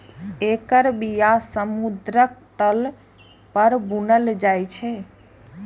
एकर बिया समुद्रक तल पर बुनल जाइ छै